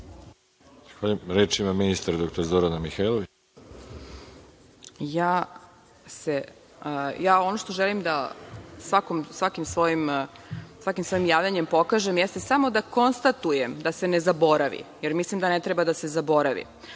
Mihajlović. Izvolite. **Zorana Mihajlović** Ono što želim da svakim svojim javljanjem pokažem jeste samo da konstatujem da se ne zaboravi, jer mislim da ne treba da se zaboravi. Što